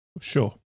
Sure